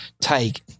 take